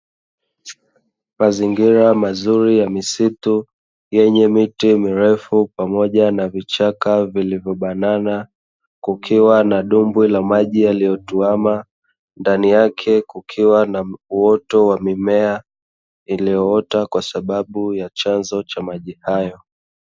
Mazingira mazuri ya misitu yenye miti mirefu pamoja na vichaka vilivyobanana kukiwa na dimbwi la maji yaliyotuama, ndani yake kukiwa na uoto wa mimea iliyoota kwasababu ya chanzo cha maji haya.